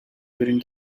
during